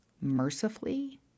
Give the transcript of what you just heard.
mercifully